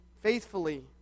faithfully